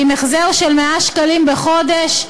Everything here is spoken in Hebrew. עם החזר של 100 שקלים בחודש,